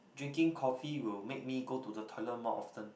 drinking coffee will make me go to the toilet more often